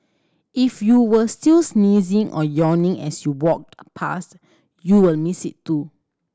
if you were still sneezing or yawning as you walked past you will miss it too